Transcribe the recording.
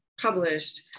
published